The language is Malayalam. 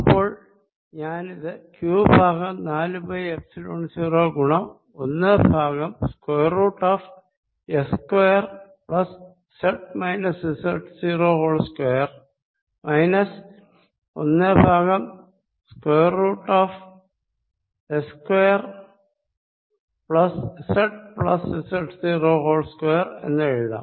അപ്പോൾ ഞാനിത് q ബൈ നാലു പൈ എപ്സിലോൺ 0 ഗുണം ഒന്ന് by square root s square plus z minus z 0 whole square minus ഒന്ന് by square root s square plus z plus z 0 whole square എന്നെഴുതാം